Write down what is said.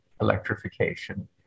electrification